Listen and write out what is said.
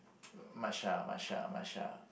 much lah much lah much lah